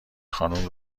خانم